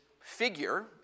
figure